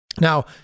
Now